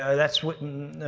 that's what.